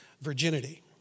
virginity